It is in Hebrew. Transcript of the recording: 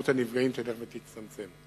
שמספר הנפגעים ילך ויצטמצם.